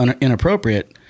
inappropriate